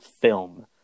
film